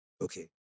okay